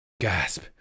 gasp